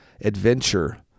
adventure